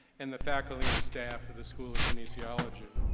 and the faculty and staff at the school of kinesiology.